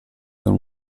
con